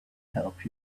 help